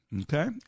okay